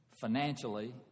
financially